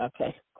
Okay